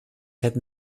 hätten